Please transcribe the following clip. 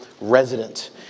resident